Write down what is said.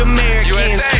Americans